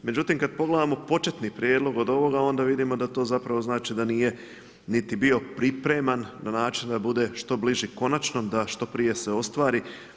Međutim, kad pogledamo početni prijedlog od ovoga, onda vidimo da to zapravo znači da nije niti bio pripreman na način da bude što bliži konačnom, da što prije se ostvari.